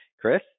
Chris